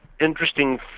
interesting